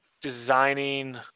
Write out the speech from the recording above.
designing